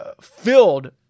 filled